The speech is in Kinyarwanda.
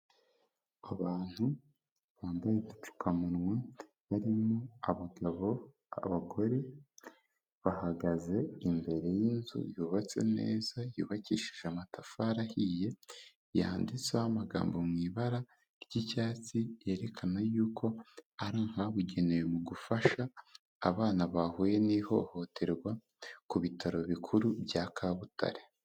Abantu bambaye udupfukamunwa barimo abagabo, abagore, bahagaze imbere y'inzu yubatse neza, yubakishije amatafari ahiye, yanditseho amagambo mu ibara ry'icyatsi, yerekana yuko ari ahabugenewe mu gufasha abana bahuye n'ihohoterwa ku bitaro bikuru bya Kabutare.